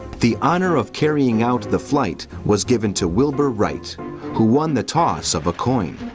the honour of carrying out the flight was given to wilbur wright who won the toss of a coin.